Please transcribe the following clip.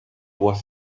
was